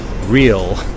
real